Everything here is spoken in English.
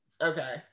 Okay